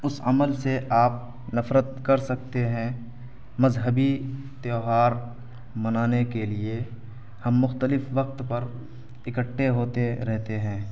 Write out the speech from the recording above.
اس عمل سے آپ نفرت کر سکتے ہیں مذہبی تہوار منانے کے لیے ہم مختلف وقت پر اکٹھے ہوتے رہتے ہیں